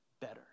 better